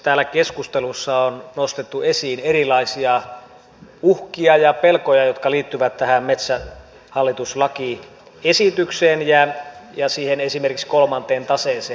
täällä keskustelussa on nostettu esiin erilaisia uhkia ja pelkoja jotka liittyvät tähän metsähallitus lakiesitykseen ja esimerkiksi siihen kolmanteen taseeseen ja niin edelleen